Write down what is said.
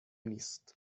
نیست